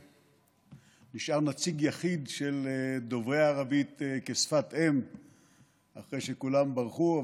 ונשאר נציג יחיד של דוברי ערבית כשפת אם אחרי שכולם ברחו.